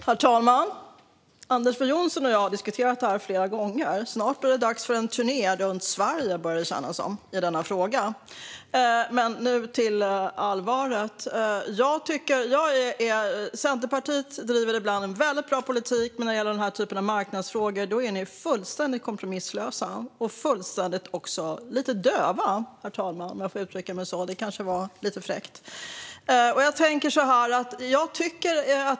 Herr talman! Anders W Jonsson och jag har diskuterat det här flera gånger. Snart börjar det kännas som att det är dags för en turné runt Sverige i denna fråga. Men nu till allvaret. Centerpartiet driver ibland en väldigt bra politik. Men när det gäller den här typen av marknadsfrågor är ni fullständigt kompromisslösa och också lite döva, om jag får uttrycka mig så, herr talman. Det kanske var lite fräckt.